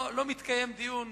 לא מתקיים דיון.